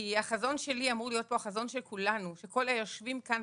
החזון שלי אמור להיות פה החזון של כולנו: של כל היושבים כאן,